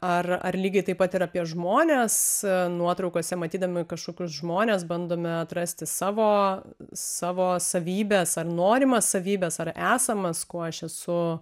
ar ar lygiai taip pat ir apie žmones nuotraukose matydami kažkokius žmones bandome atrasti savo savo savybes ar norimas savybes ar esamas kuo aš esu